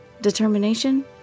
Determination